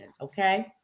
Okay